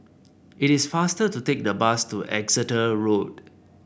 it is faster to take the bus to Exeter Road